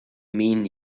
mean